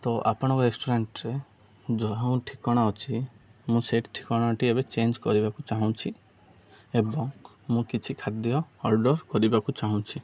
ତ ଆପଣଙ୍କ ରେଷ୍ଟୁରାଣ୍ଟରେ ଯାହା ହଉ ଠିକଣା ଅଛି ମୁଁ ସେ ଠିକଣାଟି ଏବେ ଚେଞ୍ଜ କରିବାକୁ ଚାହୁଁଛି ଏବଂ ମୁଁ କିଛି ଖାଦ୍ୟ ଅର୍ଡ଼ର୍ କରିବାକୁ ଚାହୁଁଛି